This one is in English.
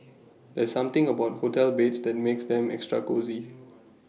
there's something about hotel beds that makes them extra cosy